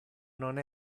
non